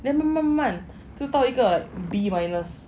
then 慢慢慢慢到一个 B minus